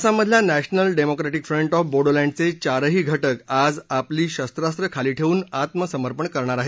असममधल्या National Democratic Front of बोडोलँडचे चारही घटक आज आपली शस्त्रास्त्रं खाली ठेवून आत्मसमर्पण करणार आहेत